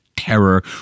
terror